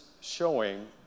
showing